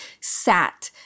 sat